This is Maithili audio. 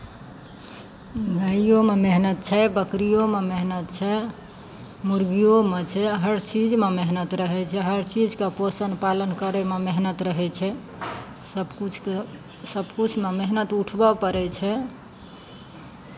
गायोमे मेहनत छै बकरिओमे मेहनत छै मुरगिओमे छै हर चीजमे मेहनत रहै छै हर चीजके पोषण पालन करयमे मेहनत रहै छै सभकिछुके सभकिछुमे मेहनत उठबय पड़ै छै